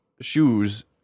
shoes